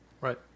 Right